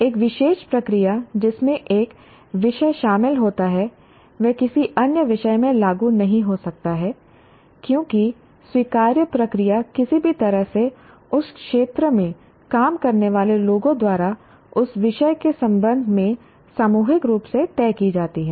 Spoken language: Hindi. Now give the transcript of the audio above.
एक विशेष प्रक्रिया जिसमें एक विषय शामिल होता है वह किसी अन्य विषय में लागू नहीं हो सकता है क्योंकि स्वीकार्य प्रक्रिया किसी भी तरह से उस क्षेत्र में काम करने वाले लोगों द्वारा उस विषय के संबंध में सामूहिक रूप से तय की जाती है